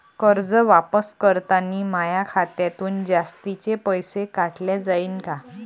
कर्ज वापस करतांनी माया खात्यातून जास्तीचे पैसे काटल्या जाईन का?